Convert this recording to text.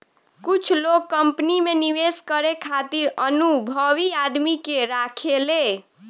कुछ लोग कंपनी में निवेश करे खातिर अनुभवी आदमी के राखेले